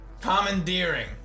Commandeering